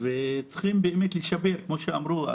וצריך לשפר, כמו שאמרו.